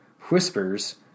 whispers